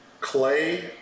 Clay